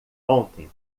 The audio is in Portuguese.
ontem